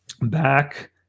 back